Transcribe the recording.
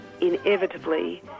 inevitably